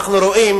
אנחנו רואים